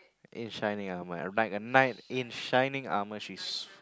in shinning armor and like a knight in shinning armor she's